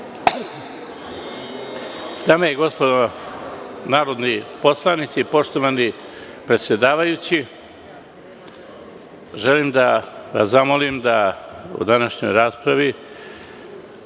Dame i gospodo, narodni poslanici, poštovani predsedavajući, želim da vas zamolim da u današnjoj raspravi